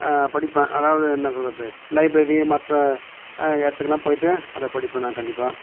படிப்பேன் அதாவது என்ன சொல்கிறது லைப்ரரி மற்ற இடத்துக்கெல்லாம் போய்ட்டு அதை படிப்பேன் நான் கண்டிப்பாக